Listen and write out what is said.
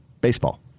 Baseball